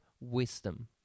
wisdom